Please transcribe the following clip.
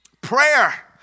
Prayer